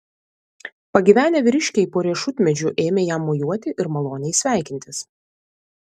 pagyvenę vyriškiai po riešutmedžiu ėmė jam mojuoti ir maloniai sveikintis